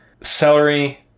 celery